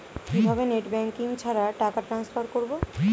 কিভাবে net banking ছাড়া টাকা টান্সফার করব?